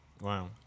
Wow